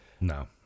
No